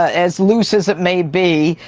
as loose as it may be,